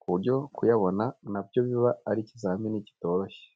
ku buryo kuyabona na byo biba ari ikizami kitoroshye.